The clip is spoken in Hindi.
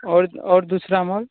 और और दूसरा मोल